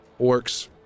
orcs